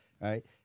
right